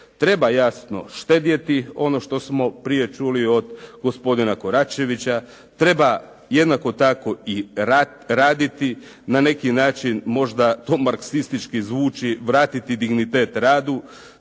Treba jasno štedjeti, ono što smo prije čuli od gospodina Koračevića. Treba jednako tako i raditi, na neki način možda to marksistički zvuči, vratiti dignitet radu,